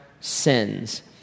sins